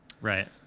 Right